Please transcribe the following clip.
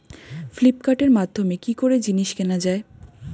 ফ্লিপকার্টের মাধ্যমে কি করে জিনিস কেনা যায়?